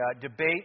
debate